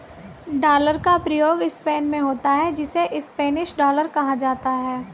dollar का प्रयोग Spain में भी होता है जिसे स्पेनिश डॉलर कहा जाता है